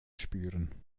spüren